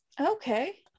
Okay